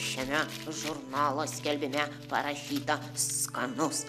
šiame žurnalo skelbime parašyta skanus